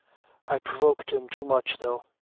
i provoked him too much, though.